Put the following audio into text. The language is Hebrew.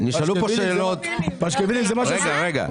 נשאלו פה שאלות --- רגע, רגע.